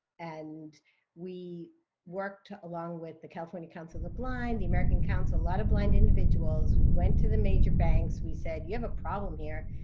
and we worked along with the california council of the blind, the american council, a lot of blind individuals. we went to the major banks. we said, you have a problem here.